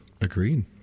Agreed